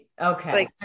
okay